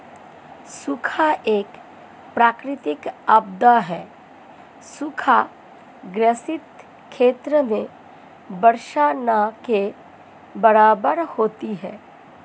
सूखा एक प्राकृतिक आपदा है सूखा ग्रसित क्षेत्र में वर्षा न के बराबर होती है